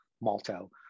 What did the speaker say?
malto